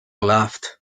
laughed